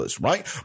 right